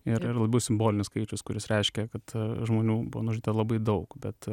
yra labiau simbolinis skaičius kuris reiškia kad žmonių buvo nužudyta labai daug bet